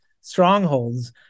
strongholds